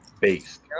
base